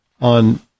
on